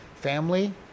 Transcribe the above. family